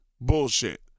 bullshit